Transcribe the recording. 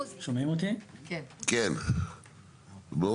רק אם